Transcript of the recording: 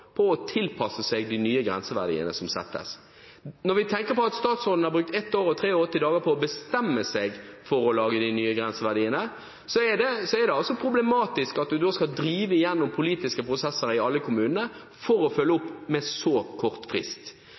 på å tilpasse seg de nye grenseverdiene som settes. Når vi tenker på at statsråden har brukt ett år og 83 dager på å bestemme seg for å lage de nye grenseverdiene, er det altså problematisk at en skal drive gjennom politiske prosesser i alle kommunene, for å følge opp med så kort frist.